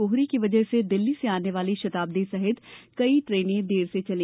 कोहरे की वजह से दिल्ली से आने वाली शताब्दी सहित कई ट्रेने देर से चली